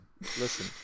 listen